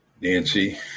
Nancy